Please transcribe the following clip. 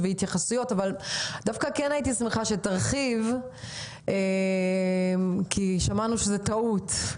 אני אשמח אם תרחיב, כי שמענו את המונח "טעות".